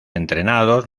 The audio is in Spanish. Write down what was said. entrenados